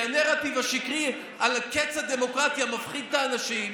כי הנרטיב השקרי על קץ הדמוקרטיה מפחיד את האנשים.